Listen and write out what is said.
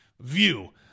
view